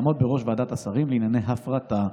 יעמוד בראש ועדת שרים לענייני הפרטה,